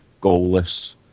goalless